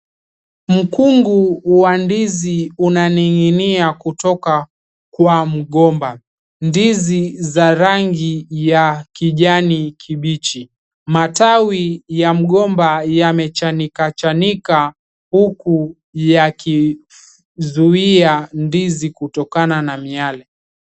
Mkungu wa ndizi unaning'inia kutoka kwa mgomba. Ndizi za rangi ya kijani kibichi. Majani ya mgomba yamechanika chanika huku yakizuia ndizi kutokana na miale.